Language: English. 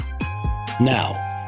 Now